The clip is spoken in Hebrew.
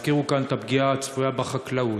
הזכירו כאן את הפגיעה הצפויה בחקלאות,